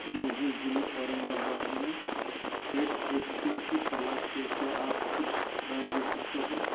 مجھے ضلعے اورنگ آباد میں پیڈ ویکسین کی تلاش ہے کیا آپ کچھ رائے دے سکتے ہو